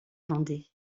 vendée